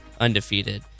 undefeated